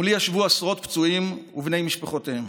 מולי ישבו עשרות פצועים ובני משפחותיהם.